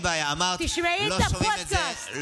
תשמעי את הפודקאסט.